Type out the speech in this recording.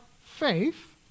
faith